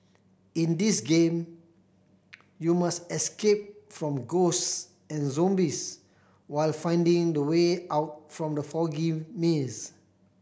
in this game you must escape from ghosts and zombies while finding the way out from the foggy maze